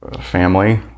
Family